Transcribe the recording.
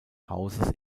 hauses